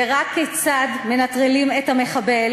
רק כיצד מנטרלים את המחבל,